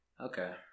Okay